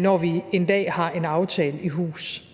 når vi en dag har en aftale i hus.